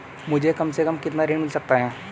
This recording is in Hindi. मुझे कम से कम कितना ऋण मिल सकता है?